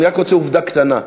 אני רק רוצה, עובדה קטנה,